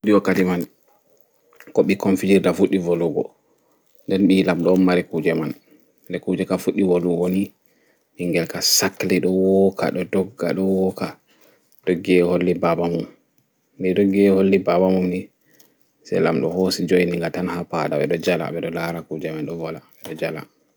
Wooɗi wakkati man ko ɓikkon fijirta fuɗɗi wolwugo nɗe ɓingel lamɗo on mari kuuje man nɗe kuuje ka fuɗɗi wolwugo ni ɗo ɗogga ɗo woka ɓingel ka ɗoggi yahi hollu ɓaɓamum toh lamɗo hosi jo'ini nga tan ha faɗa oɗo joini oɗo laara.